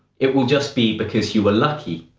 it will just be because you were lucky.